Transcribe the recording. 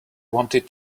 wanted